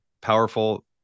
powerful